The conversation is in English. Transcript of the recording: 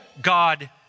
God